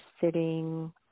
sitting